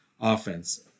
offense